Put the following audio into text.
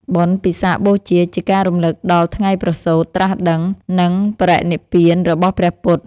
បុណ្យពិសាខបូជា ជាការរំលឹកដល់ថ្ងៃប្រសូត្រ ត្រាស់ដឹង និងបរិនិព្វានរបស់ព្រះពុទ្ធ។